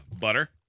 Butter